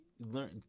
learn